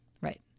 Right